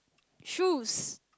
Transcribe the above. shoes